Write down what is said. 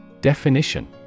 Definition